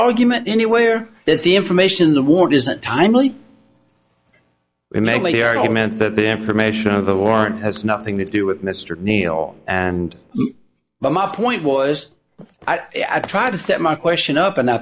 argument anywhere that the information in the ward isn't timely they make the argument that the information of the warrant has nothing to do with mr neil and but my point was i try to get my question up and i